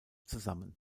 zusammen